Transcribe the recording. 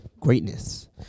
Greatness